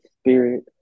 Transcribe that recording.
spirit